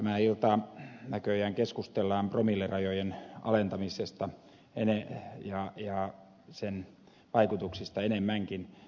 tämä ilta näköjään keskustellaan promillerajojen alentamisesta ja sen vaikutuksista enemmänkin